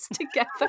together